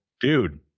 dude